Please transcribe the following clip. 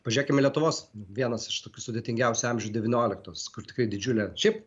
pažiūrėkime į lietuvos vienas iš tokių sudėtingiausių amžių devynioliktas kur tik didžiulė šiaip